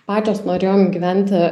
pačios norėjom gyventi